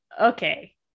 okay